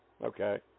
Okay